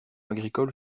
agricole